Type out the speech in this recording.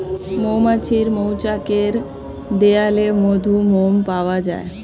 মৌমাছির মৌচাকের দেয়ালে মধু, মোম পাওয়া যায়